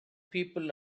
people